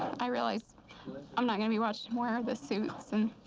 i realize i'm not going to be watching him wear the suits.